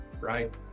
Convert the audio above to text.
right